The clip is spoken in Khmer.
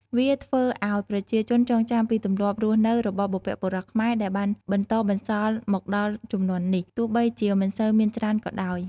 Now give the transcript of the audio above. វាធ្វើឱ្យប្រជាជនចងចាំពីទម្លាប់រស់នៅរបស់បុព្វបុរសខ្មែរ ដែលបានបន្តបន្សល់មកដល់ជំនាន់នេះ ទោះបីជាមិនសូវមានច្រើនក៏ដោយ។